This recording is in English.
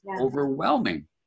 overwhelming